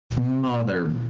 mother